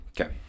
Okay